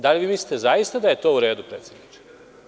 Da li mislite zaista da je to u redu predsedniče?